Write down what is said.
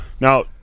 now